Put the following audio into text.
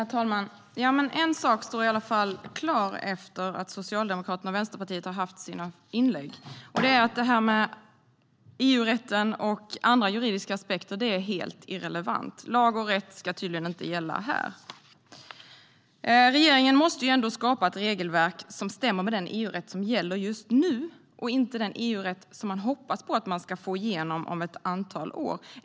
Herr talman! En sak står i alla fall klar efter att Socialdemokraterna och Vänsterpartiet har gjort sina inlägg. Det är att EU-rätten och andra juridiska aspekter är helt irrelevanta. Lag och rätt ska tydligen inte gälla här. Regeringen måste skapa ett regelverk som stämmer med den EU-rätt som gäller just nu och inte den EU-rätt man hoppas få igenom om ett antal år.